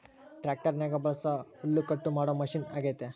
ಟ್ಯಾಕ್ಟರ್ನಗ ಬಳಸೊ ಹುಲ್ಲುಕಟ್ಟು ಮಾಡೊ ಮಷಿನ ಅಗ್ಯತೆ